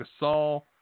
Gasol